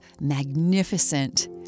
magnificent